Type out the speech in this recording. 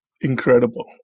Incredible